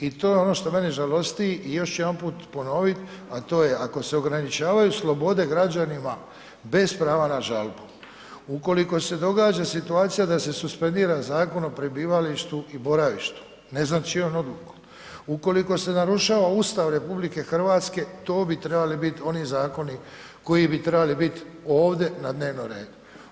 I to je ono što mene žalosti i još ću jedanput ponovit, a to je ako se ograničavaju slobode građanima bez prava na žalbu, ukoliko se događa situacija da se suspendira Zakon o prebivalištu i boravištu, ne znam čijom odlukom, ukoliko se narušava Ustav RH, to bi trebali bit oni zakoni koji bi trebali bit ovde na dnevnom redu.